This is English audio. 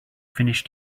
finish